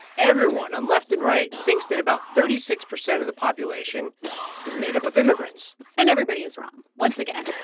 everyone on left and right thinks that about thirty six percent of the population is made up of immigrants and everybody is wrong once again.